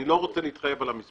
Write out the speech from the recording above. אני לא להתחייב על המספר.